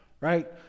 right